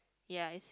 ya is